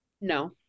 No